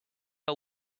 her